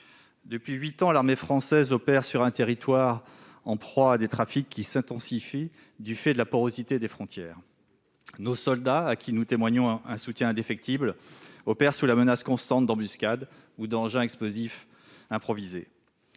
Depuis huit ans, l'armée française opère sur un territoire en proie à des trafics qui s'intensifient en raison de la porosité des frontières. Nos soldats, auxquels nous témoignons un soutien indéfectible, opèrent sous la menace constante d'embuscades ou d'engins explosifs improvisés.